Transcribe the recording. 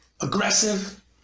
aggressive